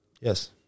Yes